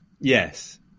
Yes